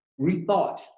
rethought